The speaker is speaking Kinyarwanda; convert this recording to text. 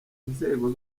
inzego